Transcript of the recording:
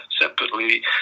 separately